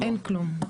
אין כלום,